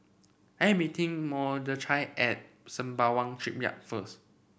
I am meeting Mordechai at Sembawang Shipyard first